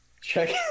check